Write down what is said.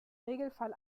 regelfall